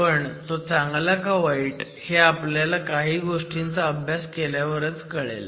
पण तो चांगला का वाईट हे आपल्याला काही गोष्टींचा अभ्यास केल्यावरच कळेल